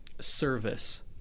service